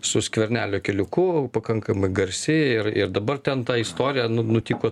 su skvernelio keliuku pakankamai garsi ir ir dabar ten ta istorija nu nutiko